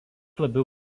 labiau